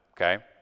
okay